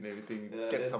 yeah then